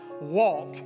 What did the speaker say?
walk